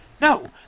No